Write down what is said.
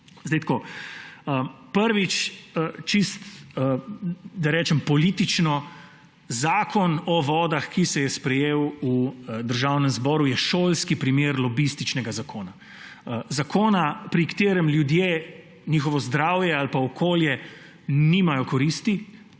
javnost. Prvič, čisto, da rečem politično, Zakon o vodah, ki se je sprejel v Državnem zboru, je šolski primer lobističnega zakona; zakona, pri katerem ljudje, njihovo zdravje ali pa okolje nimajo koristi,